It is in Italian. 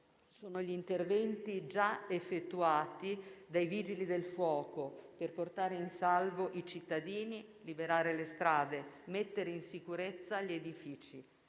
sono gli interventi già effettuati dai Vigili del fuoco per portare in salvo i cittadini, liberare le strade, mettere in sicurezza gli edifici.